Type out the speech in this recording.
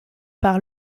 par